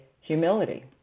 humility